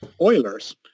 Oilers